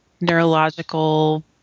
neurological